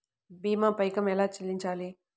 భీమా పైకం ఎలా చెల్లించాలి?